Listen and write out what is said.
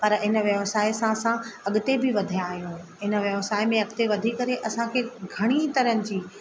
पर इन व्यवसाय सां असां अॻिते बि वधिया आहियूं इम व्यवसाय में अॻिते वधी करे असांखे घणी तरहं जी